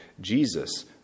Jesus